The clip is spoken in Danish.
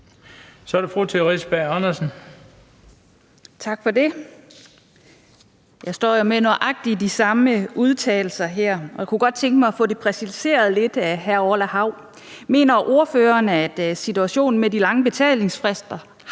Kl. 18:30 Theresa Berg Andersen (SF): Tak for det. Jeg står jo med nøjagtig de samme udtalelser her, og jeg kunne godt tænke mig at få det præciseret lidt af hr. Orla Hav. Mener ordføreren, at situationen med de lange betalingsfrister